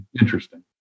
interesting